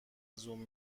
زوم